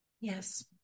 Yes